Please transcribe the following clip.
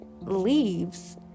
leaves